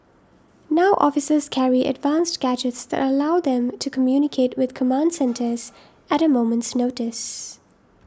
now officers carry advanced gadgets that allow them to communicate with command centres at a moment's notice